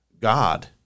God